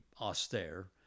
austere